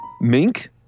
mink